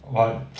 but